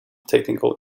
technical